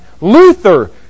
Luther